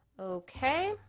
Okay